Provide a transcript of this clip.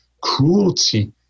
cruelty